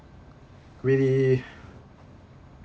really